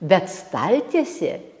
bet staltiesė